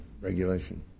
regulation